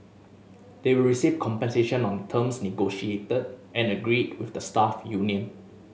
they will receive compensation on terms negotiated and agreed with the staff union